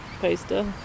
poster